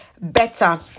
better